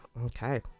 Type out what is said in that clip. okay